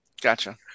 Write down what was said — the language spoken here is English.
Gotcha